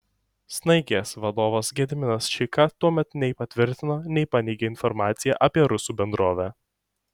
snaigės vadovas gediminas čeika tuomet nei patvirtino nei paneigė informaciją apie rusų bendrovę